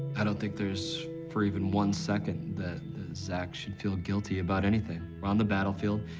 i don't think there's, for even one second, that zach should feel guilty about anything. we're on the battlefield,